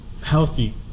healthy